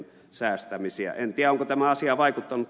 en tiedä onko tämä asia vaikuttanut